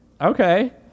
Okay